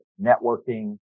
networking